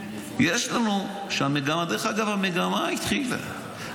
דרך אגב, המגמה התחילה.